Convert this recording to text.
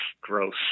gross